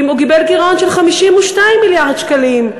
הוא קיבל גירעון של 52 מיליארד שקלים,